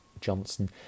Johnson